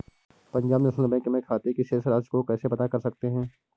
Punjab National Bank में खाते की शेष राशि को कैसे पता कर सकते हैं?